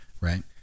Right